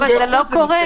אבל זה לא קורה.